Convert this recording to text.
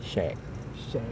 shag